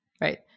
right